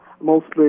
mostly